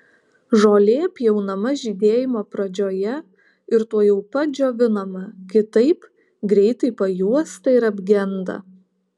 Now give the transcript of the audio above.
žolė pjaunama žydėjimo pradžioje ir tuojau pat džiovinama kitaip greitai pajuosta ir apgenda